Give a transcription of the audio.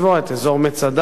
את אזור מצדה,